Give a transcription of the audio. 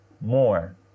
more